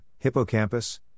hippocampus